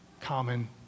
common